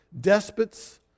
despots